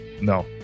No